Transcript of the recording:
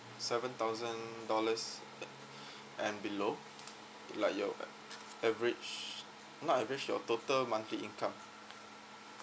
seven thousand dollars and below like your average not average your total monthly income